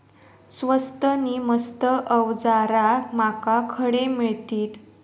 स्वस्त नी मस्त अवजारा माका खडे मिळतीत?